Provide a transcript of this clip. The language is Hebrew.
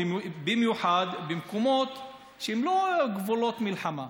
במיוחד במקומות שהם לא גבולות מלחמה.